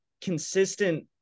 consistent